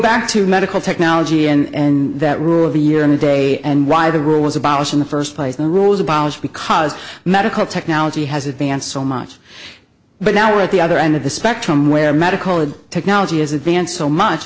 to medical technology and that rule of the year and the day and why the rule was abolished in the first place the rules abolished because medical technology has advanced so much but now we're at the other end of the spectrum where medical technology has advanced so much